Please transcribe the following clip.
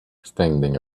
standing